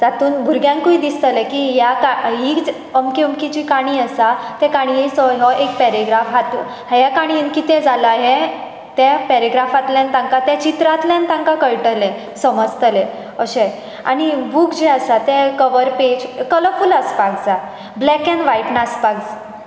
तातूंत भुरग्यांकूय दिसतलें की ह्या ही अमकी अमकी जी काणी आसा ते काण्येचो हो एक पेरेग्राफ आसा हे काणयेंतल्यान कितें जालां हें पेरेग्राफांतल्यान तांकां तें कळटलें समजतलें अशें आनी बूक जे आसा ते कवर पॅज कलरफूल आसपाक जाय ब्लॅक एन्ड वायट नासपाक